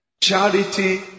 charity